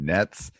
Nets